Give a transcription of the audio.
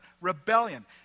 rebellion